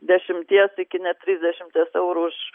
dešimties iki net trisdešimties eurų už